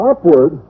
Upward